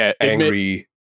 angry